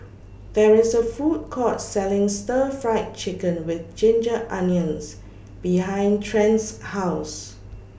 There IS A Food Court Selling Stir Fried Chicken with Ginger Onions behind Trent's House